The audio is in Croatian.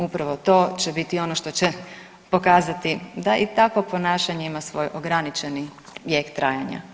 Upravo to će biti ono što će pokazati da i takvo ponašanje ima svoj ograničeni vijek trajanja.